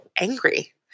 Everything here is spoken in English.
angry